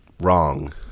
Wrong